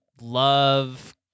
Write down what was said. love